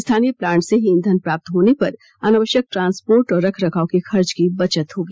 स्थानीय प्लांट से ही ईंधन प्राप्त होने पर अनावश्यक ट्रांसपोर्ट और रखरखाव के खर्च की बचत होगी